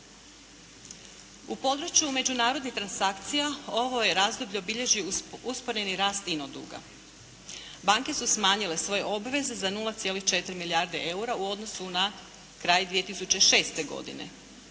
U području međunarodnih transakcija ovo je razdoblje obilježio usporeni rast ino duga. Banke su smanjile svoje obveze za 0,4 milijarde eura u odnosu na kraj 2006. godine.